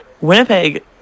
Winnipeg